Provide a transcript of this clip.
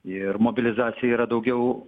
ir mobilizacija yra daugiau